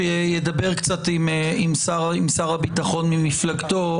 אולי כדאי שידבר קצת עם שר הביטחון ממפלגתו.